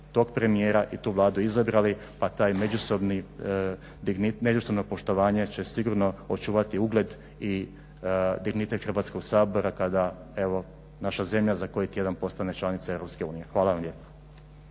tog premijera i tu Vladu izabrali pa taj međusobno poštovanje će sigurno očuvati ugled i dignitet Hrvatskog sabora kada evo naša zemlja za koji tjedan postane članica EU. Hvala vam lijepa.